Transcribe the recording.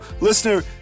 listener